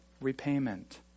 repayment